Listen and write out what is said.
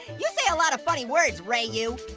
you say a lot of funny words, ray-you.